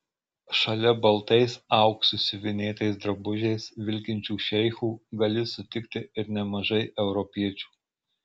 šalia baltais auksu siuvinėtais drabužiais vilkinčių šeichų gali sutikti ir nemažai europiečių